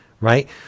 right